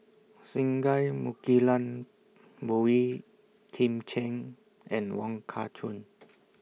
Singai Mukilan Boey Kim Cheng and Wong Kah Chun